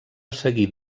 seguir